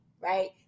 right